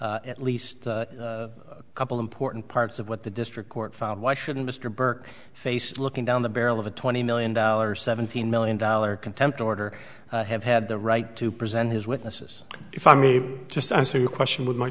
contradict at least a couple important parts of what the district court found why shouldn't just a burke face looking down the barrel of a twenty million dollars seventeen million dollar contempt order have had the right to present his witnesses if i may just answer your question w